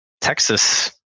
Texas